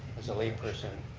as a lay person,